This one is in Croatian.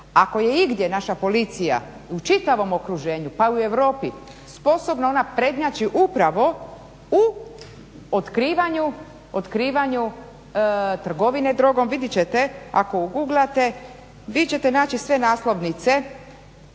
Ako je igdje naša policija u čitavom okruženju pa i u Europi sposobna, ona prednjači upravo u otkrivanju trgovine drogom. Vidjet ćete ako uguglate vi ćete naći sve naslovnice